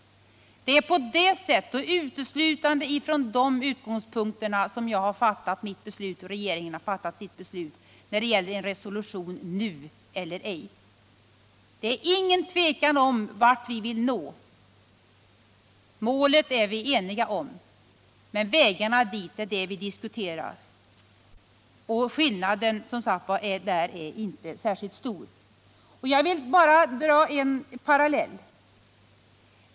Det är uteslutande ifrån dessa utgångspunkter som jag och regeringen fattat beslut i frågan om resolution nu eller inte. Det råder inget tvivel om vart vi vill nå. Målet är vi eniga om, men vägarna dit är det vi diskuterar — och skillnaden där är som sagt inte särskilt stor. Jag vill dra en parallell.